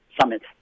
summit